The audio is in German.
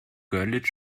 görlitz